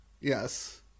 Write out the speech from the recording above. Yes